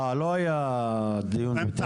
אה, לא היה דיון בבית המשפט.